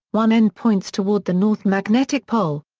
one end points toward the north magnetic pole.